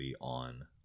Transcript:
on